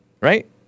Right